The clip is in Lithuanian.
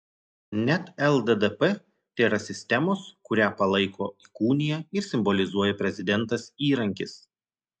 net lddp tėra sistemos kurią palaiko įkūnija ir simbolizuoja prezidentas įrankis